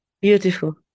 Beautiful